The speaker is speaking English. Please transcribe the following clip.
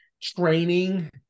training